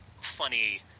funny